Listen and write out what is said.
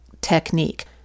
technique